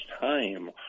time